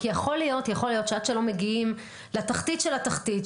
כי יכול להיות שעד שלא מגיעים לתחתית של התחתית,